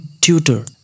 tutor